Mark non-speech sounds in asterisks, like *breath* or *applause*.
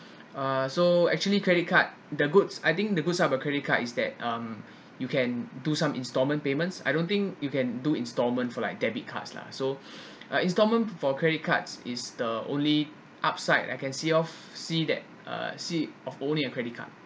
uh so actually credit card the goods I think the good stuff about credit card is that um you can do some installment payments I don't think you can do installment for like debit cards lah so *breath* uh installment for credit cards is the only upside I can see of see that uh see of owning a credit card